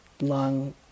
long